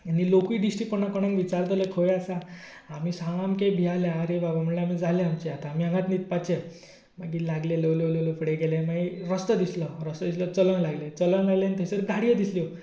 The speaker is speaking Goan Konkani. आनी लोकय दिश्टी पडना कोणाक विचारतलो खंय आसा सामके भियेले आरे बाबा म्हणलें जाली आमची आतां आमी हांगाच न्हिदपाचे मागीर लागले ल्हव ल्हव ल्हव ल्हव फुडें गेले मागीर रस्तो दिसलो चलूंक लागले चलूंक लागले आनी थंयसर गाड्य़ो दिसल्यो